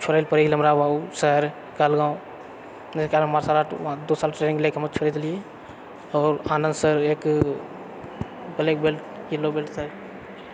छोड़ै लए पड़ी गेलै हमरा ओ सर कालगाँव जाहिके कारण मार्शल आर्ट दू साल ट्रेनिंग लेके हम छोड़ि देलियै आओर आनन्द सर एक ब्लैक बेल्ट येल्लो बेल्ट थे